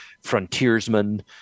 frontiersmen